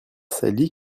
salis